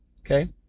Okay